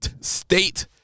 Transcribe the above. state